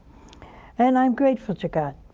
and i'm grateful to god